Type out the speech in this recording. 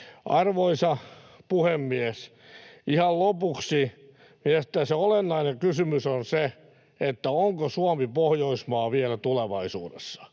Arvoisa puhemies! Ihan lopuksi: Se olennainen kysymys on se, onko Suomi Pohjoismaa vielä tulevaisuudessa.